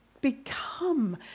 become